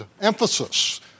emphasis